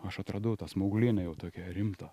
aš atradau tą smauglienę jau tokią rimtą